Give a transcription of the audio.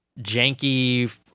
janky